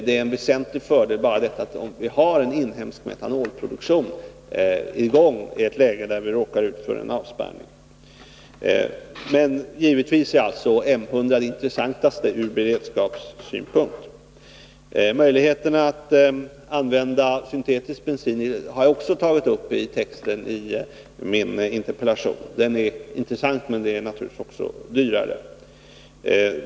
Det är en väsentlig fördel bara att ha en inhemsk metanolproduktion i gång i ett läge där vi råkar ut för en avspärrning, men givetvis är M 100 det intressantaste ur beredskapssynpunkt. Jag har i min interpellation också tagit upp möjligheten att använda syntetisk bensin. Det är en intressant produkt, men den är givetvis också dyrare än metanol.